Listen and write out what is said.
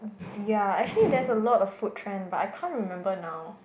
ya actually there's a lot of food trend but I can't remember now